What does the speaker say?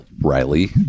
Riley